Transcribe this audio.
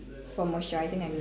for moisturising I mean